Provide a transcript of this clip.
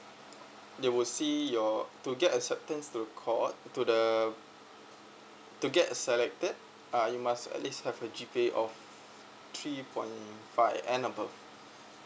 you would see your to get acceptance to court to the to get uh selected uh you must at least have a G_P_A of three point five and above